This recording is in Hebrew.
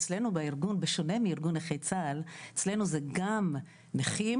אצלנו בארגון בשונה מארגון נכי צה"ל אצלנו זה גם נכים,